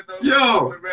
Yo